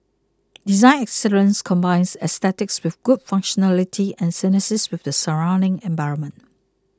design excellence combines aesthetics with good functionality and synthesis with the surrounding environment